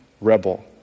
rebel